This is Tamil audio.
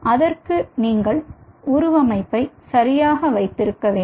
அதற்கு நீங்கள் உருவமைப்பை சரியாக வைத்திருக்க வேண்டும்